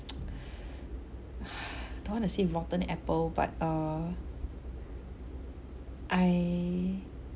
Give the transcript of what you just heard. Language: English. don't want to say rotten apple but err I